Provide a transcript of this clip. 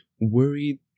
worried